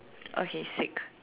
okay sick